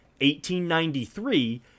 1893